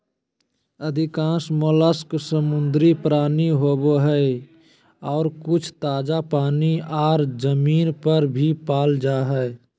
अधिकांश मोलस्क समुद्री प्राणी होवई हई, आर कुछ ताजा पानी आर जमीन पर भी पाल जा हई